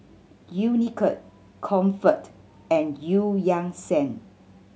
Unicurd Comfort and Eu Yan Sang